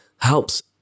helps